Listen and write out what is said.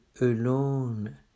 alone